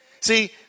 See